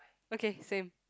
okay same